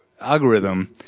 algorithm